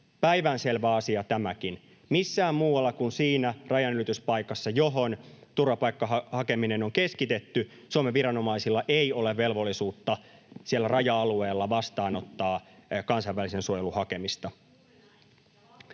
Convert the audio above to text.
Päivänselvä asia tämäkin. Missään muualla kuin siinä rajanylityspaikassa, johon turvapaikkahakeminen on keskitetty, Suomen viranomaisilla ei ole velvollisuutta siellä raja-alueella vastaanottaa kansainvälisen suojelun hakemista.